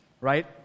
Right